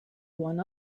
one